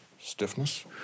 stiffness